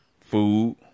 food